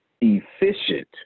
Efficient